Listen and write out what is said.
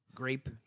Grape